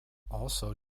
also